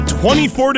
24